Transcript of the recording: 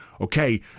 Okay